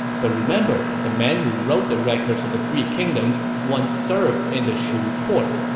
but remember, the man who wrote the records of the three kingdoms once served in the shu court,